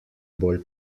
bolj